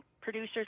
producers